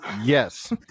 Yes